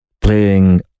playing